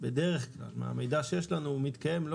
בדרך כלל המידע שיש לנו מתקיים,